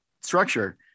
structure